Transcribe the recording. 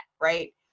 right